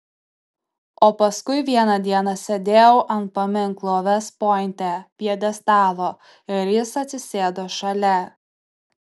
o paskui vieną dieną sėdėjau ant paminklo vest pointe pjedestalo ir jis atsisėdo šalia